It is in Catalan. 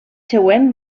següent